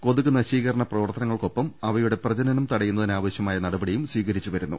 കൊതുക് നശീകരണ പ്രവർത്തനങ്ങൾക്കൊപ്പം അവയുടെ പ്രജനനം തടയുന്നതിന് ആവശ്യമായ നടപടിയും സ്വീകരിച്ച് വരുന്നു